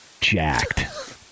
Jacked